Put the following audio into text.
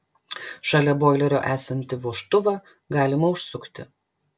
šalia boilerio esantį vožtuvą galima užsukti